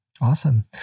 Awesome